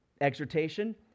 exhortation